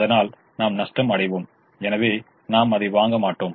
அதனால் நாம் நஷ்டம் அடைவோம் எனவே நாம் அதை வாங்க மாட்டோம்